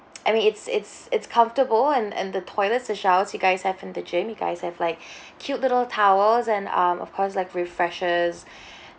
I mean it's it's it's comfortable and and the toilet or showers you guys have in the gym you guys have like cute little towels and um of course like refreshers